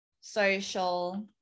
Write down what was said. social